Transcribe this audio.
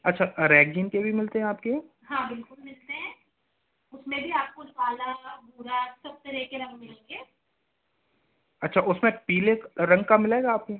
अच्छा रेगज़ीन के भी मिलते हैं आपके यहाँ हाँ बिलकुल मिलते हैं उसमें भी आपको काला भूरा सब तरह के रंग मिलते हैं अच्छा उसमें पीले रंग का मिलेगा आपके यहाँ